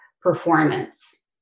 performance